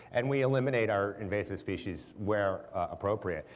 and we eliminate our invasive species where appropriate,